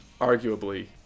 arguably